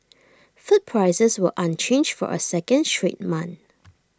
food prices were unchanged for A second straight month